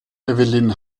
evelyn